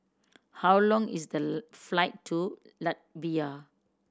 how long is the flight to Latvia